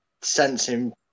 sensing